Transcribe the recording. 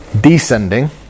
descending